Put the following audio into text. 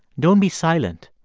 don't be silent.